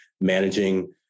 managing